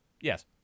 Yes